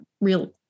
real